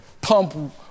pump